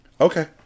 Okay